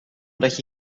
dat